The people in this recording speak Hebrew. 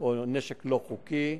או נשק לא חוקי,